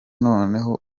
noneho